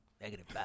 negative